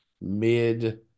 mid